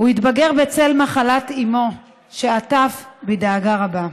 הוא התבגר בצל מחלת אימו, שעטף בדאגה רבה.